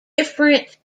different